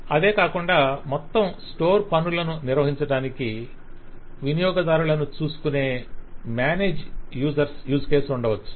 ఆదేకాకుండా మొత్తం స్టోర్ పనులను నిర్వహించడానికి వినియోగదారులను చూసుకొనే మానేజ్ యూసర్స్ యూస్ కేసు ఉండవచ్చు